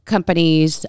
Companies